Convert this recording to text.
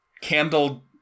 Candle